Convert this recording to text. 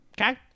Okay